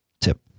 Tip